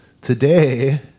today